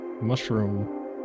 mushroom